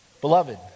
Beloved